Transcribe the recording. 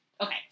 Okay